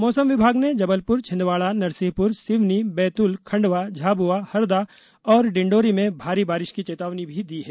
मौसम विभाग ने जबलपुर छिंदवाड़ा नरसिंहपुर सिवनी बैतूल खंडवा झाबुआ हरदा और डिंडोरी में भारी बारिश की चेतावनी भी दी है